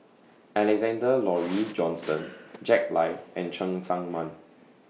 Alexander Laurie Johnston Jack Lai and Cheng Tsang Man